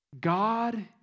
God